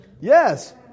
Yes